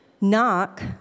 Knock